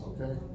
Okay